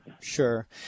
Sure